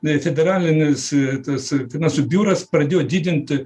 e federalinis e tas finansų biuras pradėjo didint